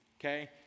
okay